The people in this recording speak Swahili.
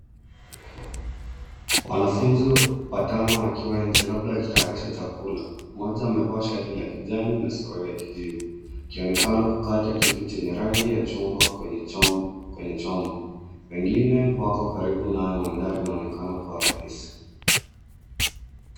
Wanafunzi watano wakiwa nje labda wakitayarisha chakula. Mmoja amevaa shati la kijani na suruali ya kijivu, akionekana kukata kitu chenye rangi ya chungwa kwenye chombo. Wengine wako karibu naye. Mandhari yanaonekana kuwa rahisi.